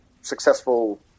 successful